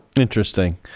Interesting